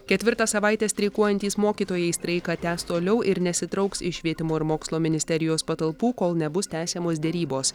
ketvirtą savaitę streikuojantys mokytojai streiką tęs toliau ir nesitrauks iš švietimo ir mokslo ministerijos patalpų kol nebus tęsiamos derybos